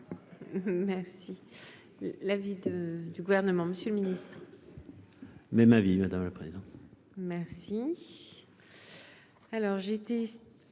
Merci la vie de du gouvernement Monsieur le Ministre, même avis madame la présidente, merci. Alors j'ai été